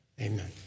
Amen